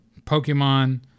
Pokemon